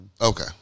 Okay